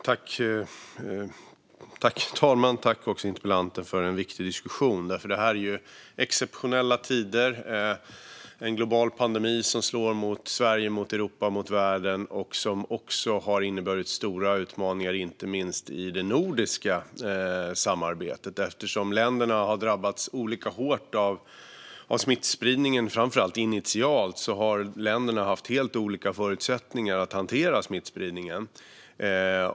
Herr talman! Tack, interpellanten, för en viktig diskussion! Det är exceptionella tider. Det är en global pandemi som slår mot Sverige, Europa och världen. Den har också inneburit stora utmaningar inte minst i det nordiska samarbetet eftersom länderna har drabbats olika hårt av smittspridningen. Framför allt initialt har länderna haft helt olika förutsättningar att hantera smittspridningen.